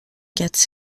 quatre